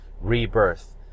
rebirth